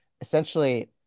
Essentially